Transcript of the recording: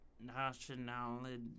nationality